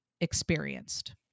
experienced